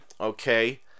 okay